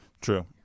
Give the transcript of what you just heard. True